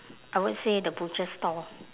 I would say the butcher's store